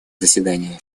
заседания